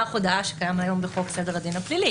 הודעה שקיים היום בחוק סדר הדין הפלילי.